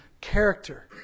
character